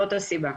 זאת הסיבה.